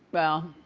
well,